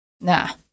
Nah